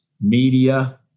media